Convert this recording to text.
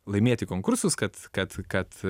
laimėti konkursus kad kad kad